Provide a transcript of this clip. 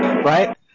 Right